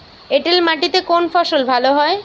এঁটেল মাটিতে কোন ফসল ভালো হয়?